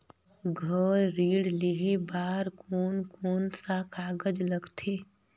घर ऋण लेहे बार कोन कोन सा कागज लगथे?